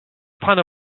prendre